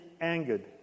angered